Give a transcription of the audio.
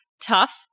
tough